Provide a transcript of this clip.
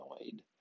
annoyed